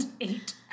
eight